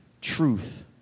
truth